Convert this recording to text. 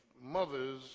mothers